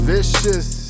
Vicious